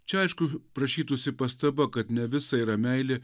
čia aišku prašytųsi pastaba kad ne visa yra meilė